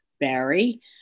Barry